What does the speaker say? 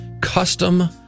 custom